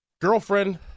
girlfriend